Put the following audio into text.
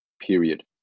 period